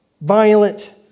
violent